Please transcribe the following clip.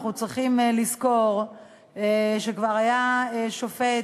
שאנחנו צריכים לזכור שכבר היה שופט,